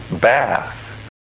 bath